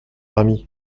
ami